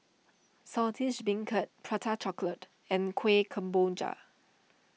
Saltish Beancurd Prata Chocolate and Kuih Kemboja